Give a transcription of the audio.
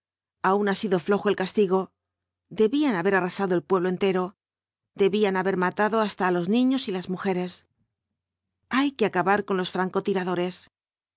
camaradas aun ha sido flojo el castigo debían haber arrasado ei pueblo v blasco iáñbz entero debían haber matado hasta á los niños y las mujeres hay que acabar con los franco tiradores